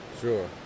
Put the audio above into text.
Sure